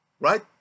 right